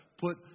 put